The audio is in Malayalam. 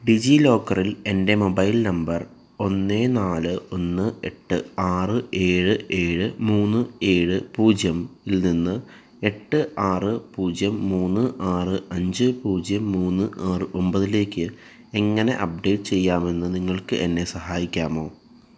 ഡിജി ലോക്കറിൽ എൻ്റെ മൊബൈൽ നമ്പർ ഒന്ന് നാല് ഒന്ന് എട്ട് ആറ് ഏഴ് ഏഴ് മൂന്ന് ഏഴ് പൂജ്യത്തിൽ നിന്ന് എട്ട് ആറ് പൂജ്യം മൂന്ന് ആറ് അഞ്ച് പൂജ്യം മൂന്ന് ആറ് ഒമ്പതിലേക്ക് എങ്ങനെ അപ്ഡേറ്റ് ചെയ്യാമെന്ന് നിങ്ങൾക്ക് എന്നെ സഹായിക്കാമോ